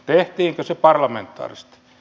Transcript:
tehtiinkö se parlamentaarisesti